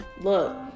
look